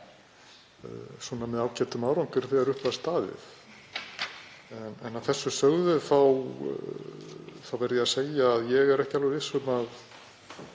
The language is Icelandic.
með ágætum árangri þegar upp er staðið. Að þessu sögðu verð ég að segja að ég er ekki alveg viss um að